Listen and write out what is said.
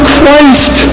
Christ